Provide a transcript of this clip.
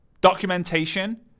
Documentation